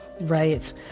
right